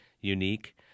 unique